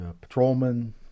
patrolman